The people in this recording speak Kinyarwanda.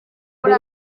muri